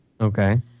Okay